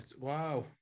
Wow